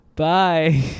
Bye